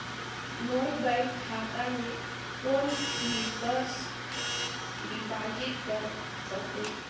मोर bank खाता मे कौन फिक्स्ड डिपॉजिट कर सकहुं?